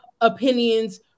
opinions